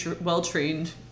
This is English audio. well-trained